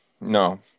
No